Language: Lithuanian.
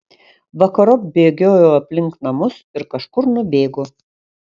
vakarop bėgiojo aplink namus ir kažkur nubėgo